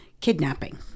kidnapping